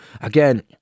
Again